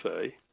say